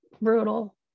brutal